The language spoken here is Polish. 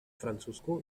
francusku